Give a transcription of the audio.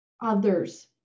others